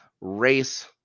race